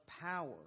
power